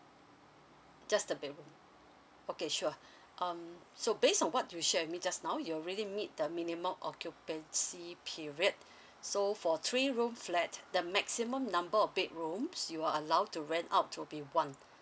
just the bedroom okay sure um so based on what you shared with me just now you're already meet the minimum occupancy period so for three room flat the maximum number of bedrooms you are allowed to rent out will be one